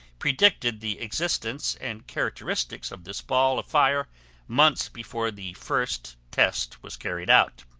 predicted the existence and characteristics of this ball of fire months before the first test was carried out.